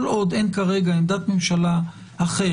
כל עוד אין כרגע עמדת ממשלה אחרת,